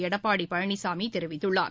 எடப்பாடி பழனிசாமி தெரிவித்துள்ளார்